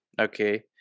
okay